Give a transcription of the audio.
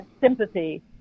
sympathy